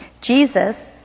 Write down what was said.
Jesus